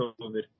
COVID